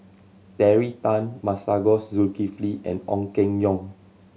Terry Tan Masagos Zulkifli and Ong Keng Yong